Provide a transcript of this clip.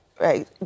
right